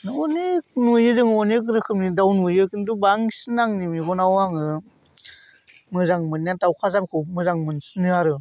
अनेख नुयो जों अनेख रोखोमनि दाउ नुयो खिन्थु बांसिन आंनि मेगनाव आङो मोजां मोननाया दाउखाजानखौ मोजां मोनसिनो आरो